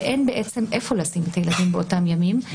ואין איפה לשים את הילדים באותם ימים.